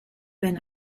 been